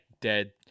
dead